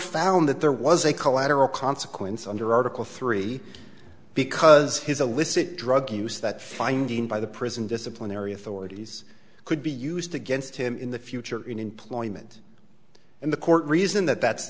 found that there was a collateral consequence under article three because his a lissett drug use that finding by the prison disciplinary authorities could be used against him in the future in employment and the court reason